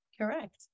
Correct